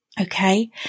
Okay